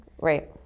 Right